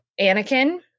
Anakin